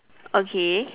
okay